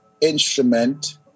instrument